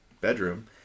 bedroom